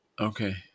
Okay